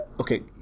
okay